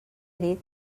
dit